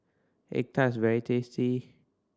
egg tart is very tasty